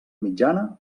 mitjana